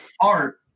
art